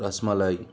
rasmalai